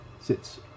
sits